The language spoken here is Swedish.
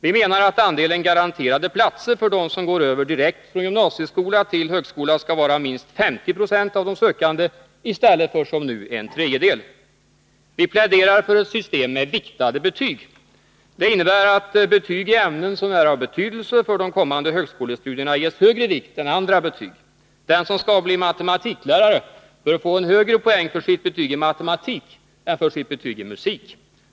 Vi menar att andelen garanterade platser för dem som går över direkt från gymnasieskola till högskola skall vara minst 50 22 av de sökande i stället för som nu en tredjedel. Vi pläderar för ett system med viktade betyg. Det innebär att betyg i ämnen som är av betydelse för de kommande högskolestudierna ges högre vikt än andra betyg. Den som skall bli matematiklärare bör få en högre poäng för sitt betyg i matematik än för sitt betyg i musik.